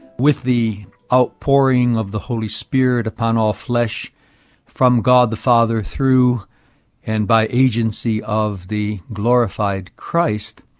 with the outpouring of the holy spirit upon all flesh from god the father through and by agency of the glorified christ,